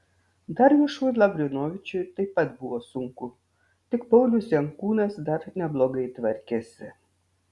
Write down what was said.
darjušui lavrinovičiui taip pat buvo sunku tik paulius jankūnas dar neblogai tvarkėsi